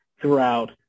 throughout